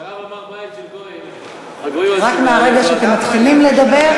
כשהרב אמר "בית של גויים" מהרגע שאתם מתחילים לדבר,